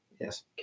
Yes